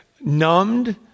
Numbed